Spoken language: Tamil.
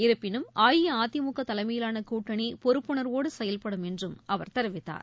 இருப்பினும் அஇஅதிமுக தலைமையிலான கூட்டணி பொறுப்புணர்வோடு செயல்படும் என்றும் அவர் தெரிவித்தார்